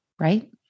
right